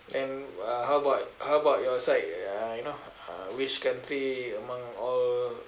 then uh how about how about your side uh you know uh which country among all